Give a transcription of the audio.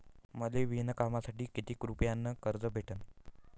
मले विणकामासाठी किती रुपयानं कर्ज भेटन?